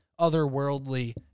otherworldly